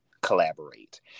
collaborate